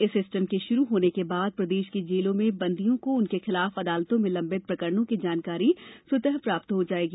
इस सिस्टम के शुरू होने के बाद प्रदेश की जेलों में बंदियों को उनके खिलाफ अदालतों में लंबित प्रकरणों की जानकारी स्वतः प्राप्त हो पाएगी